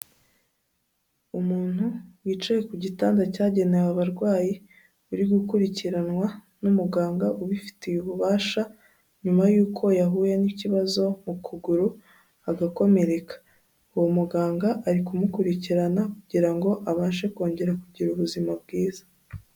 Umuntu wicaye ku gitanda cyagenewe abarwayi uri gukurikiranwa n'umuganga ubifitiye ububasha nyuma yuko yahuye n'ikibazo mu kuguru agakomereka, uwo muganga ari kumukurikirana kugira ngo abashe kongera kugira ubuzima bwiza.